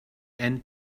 end